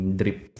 drip